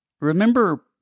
Remember